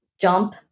jump